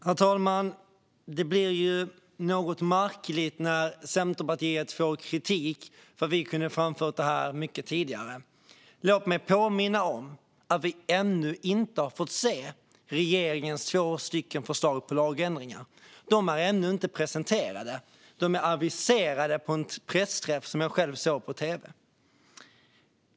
Herr talman! Det blir något märkligt när Centerpartiet får kritik för att vi kunde ha framfört det här mycket tidigare. Låt mig påminna om att vi ännu inte har fått se regeringens två förslag till lagändringar. De är ännu inte presenterade utan bara aviserade på en pressträff som jag själv såg på tv.